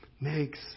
makes